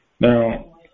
Now